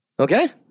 Okay